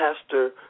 pastor